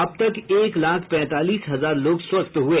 अब तक एक लाख पैंतालीस हजार लोग स्वस्थ हुए